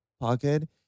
pocket